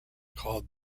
called